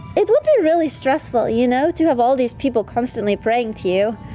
it would be really stressful, you know, to have all these people constantly praying to you.